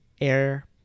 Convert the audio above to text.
air